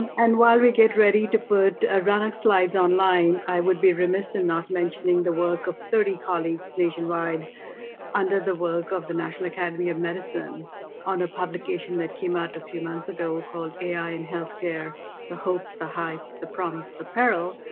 and while we get ready to put ranak's slides online i would be remiss in not mentioning the work of thirty colleagues nationwide under the work of the national academy of medicine on a publication that came out a few months ago called ai in healthcare the hope, the hype, the promise. the peril.